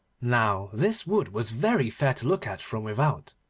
now this wood was very fair to look at from without,